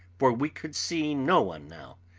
for we could see no one now.